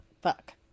Fuck